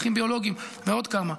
אחים ביולוגיים ועוד כמה.